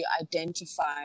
identify